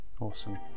awesome